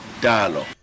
dialogue